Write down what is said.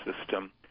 system